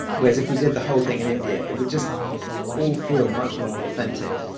whereas if we did the whole thing in india, it would just all feel much more authentic.